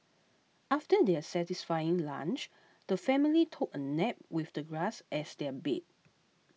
after their satisfying lunch the family took a nap with the grass as their bed